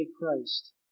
Christ